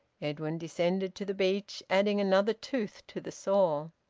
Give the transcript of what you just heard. edwin descended to the beach, adding another tooth to the saw.